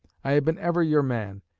i have been ever your man,